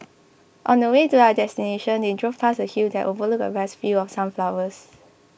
on the way to their destination they drove past a hill that overlooked vast fields of sunflowers